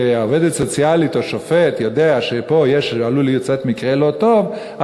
שעובדת סוציאלית או שופט יודעים שפה עלול לצאת מקרה לא טוב,